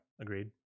agreed